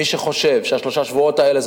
והודענו: מי שחושב ששלושה השבועות האלה זה